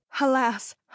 alas